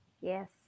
Yes